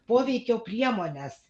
poveikio priemones